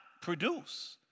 produce